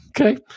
okay